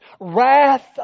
wrath